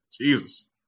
Jesus